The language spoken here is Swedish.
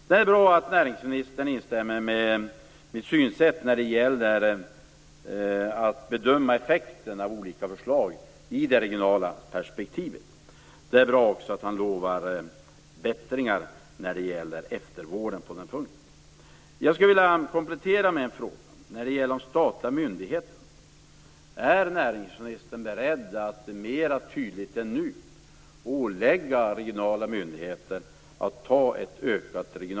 Det är bra att näringsministern instämmer i mitt synsätt när det gäller att bedöma effekterna av olika förslag i det regionala perspektivet. Det är också bra att han lovar förbättringar när det gäller eftervården på den här punkten. Jag skulle vilja komplettera med en fråga om de statliga myndigheterna.